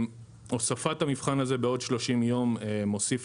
הוספת המבחן הזה בעוד 30 ימים מוסיף